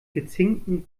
gezinkten